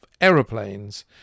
aeroplanes